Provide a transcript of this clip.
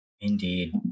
indeed